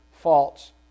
false